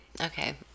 Okay